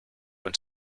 when